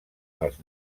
els